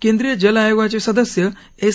केंद्रीय जल आयोगाचे सदस्य एस